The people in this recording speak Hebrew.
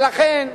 ולכן,